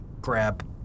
grab